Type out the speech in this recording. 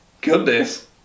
Goodness